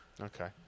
okay